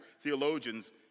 Theologians